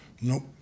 nope